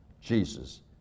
Jesus